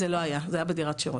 זה לא היה, זה היה בדירת שירות.